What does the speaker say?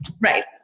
Right